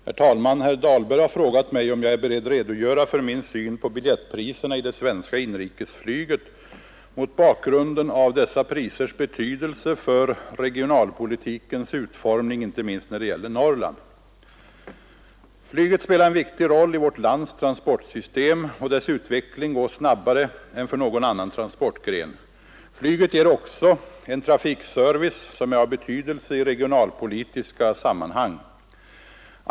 Herr talman! Herr Dahlberg har frågat mig om jag är beredd redogöra för min syn på biljettpriserna i det svenska inrikesflyget mot bakgrunden av dessa prisers betydelse för regionalpolitikens utformning inte minst när det gäller Norrland. Flyget spelar en viktig roll i vårt lands transportsystem, och dess utveckling går snabbare än för någon annan transportgren. Flyget ger också en trafikservice som är av betydelse i regionalpolitiska sammanhang.